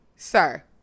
Sir